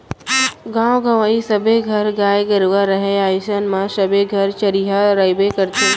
गॉंव गँवई सबे घर गाय गरूवा रहय अइसन म सबे घर चरिहा रइबे करथे